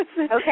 Okay